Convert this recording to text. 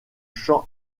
champs